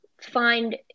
find